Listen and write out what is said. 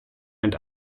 and